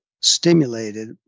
stimulated